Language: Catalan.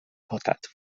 votat